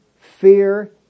fear